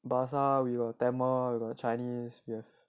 bahasa we got tamil we got chinese we have